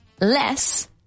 less